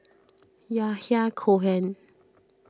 Yahya Cohen